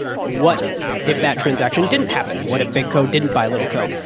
what if that transaction didn't happen? what if big co didn't buy little co?